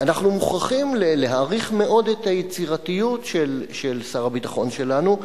אנחנו מוכרחים להעריך את היצירתיות של שר הביטחון שלנו,